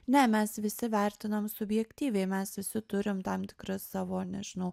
ne mes visi vertinam subjektyviai mes visi turim tam tikras savo nežinau